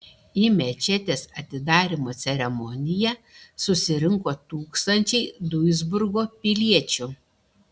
į mečetės atidarymo ceremoniją susirinko tūkstančiai duisburgo piliečių